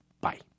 Bye